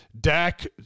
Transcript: Dak